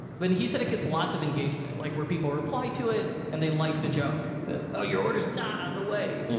but he said it gets lots of engagement, like, where people reply to it, and they like the joke, the oh, your order's not on the way.